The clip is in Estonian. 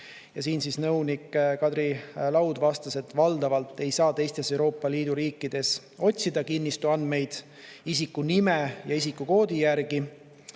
Ja nõunik Kadri Laud vastas, et valdavalt ei saa teistes Euroopa Liidu riikides otsida kinnistu andmeid isikunime ja isikukoodi järgi,